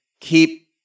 keep